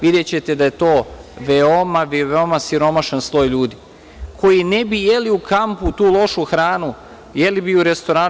Videćete da je to veoma, veoma siromašan sloj ljudi, koji ne bi jeli u kampu tu lošu hranu, jeli bi u restoranu.